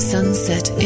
Sunset